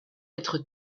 être